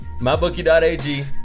MyBookie.ag